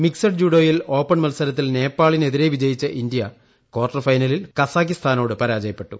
mixed ജൂഡോയിൽ open മൽസരത്തിൽ നേപ്പാളിനെതിരെ വിജയിച്ച ഇന്ത്യ ക്വാർട്ടർ ഫൈനലിൽ കസാഖിസ്ഥാനോടു പരാജയപ്പെട്ടു